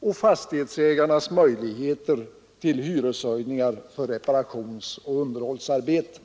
och fastighetsägarnas möjligheter till hyreshöjningar för reparationsoch underhållsarbeten.